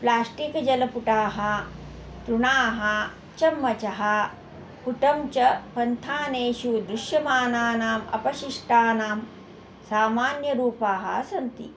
plastic जलपुटाः तृणाः चम्मचः कुटं च पन्थानेषु दृश्यमानानाम् अपशिष्टानां सामान्यरूपाः सन्ति